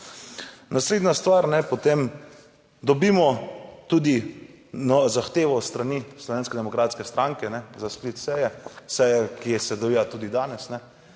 Naslednja stvar, ne, potem dobimo tudi na zahtevo s strani Slovenske demokratske stranke za sklic seje, seje, ki se odvija tudi danes,